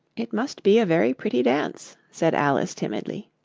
it must be a very pretty dance said alice timidly.